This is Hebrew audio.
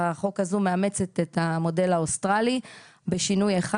החוק הזה מאמצת את המודל האוסטרלי בשינוי אחד